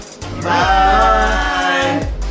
Bye